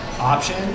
option